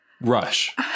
Rush